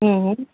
ହୁଁ ହୁଁ